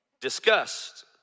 disgust